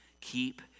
Keep